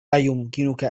أيمكنك